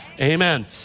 Amen